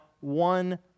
one